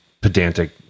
pedantic